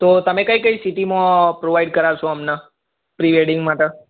તો તમે કઈ કઈ સિટીમાં પ્રોવાઇડ કરાવશો અમને પ્રી વેડિંગ માટે